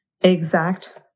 exact